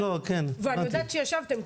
ואני יודעת שישבתם,